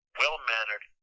well-mannered